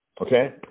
Okay